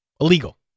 Illegal